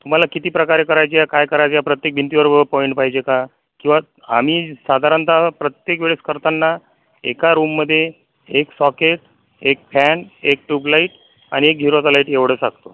तुम्हाला किती प्रकारे करायची आहे काय करायचे आहे प्रत्येक भिंतीवर व पॉइंट पाहिजे का किंवा आम्ही साधारणतः प्रत्येक वेळेस करताना एका रूममध्ये एक सॉकेट एक फॅन एक ट्यूबलाईट आणि एक झिरोचा लाईट एवढंसा असतो